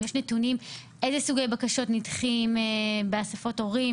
האם יש נתונים איזה סוגי בקשות נדחים באספות הורים,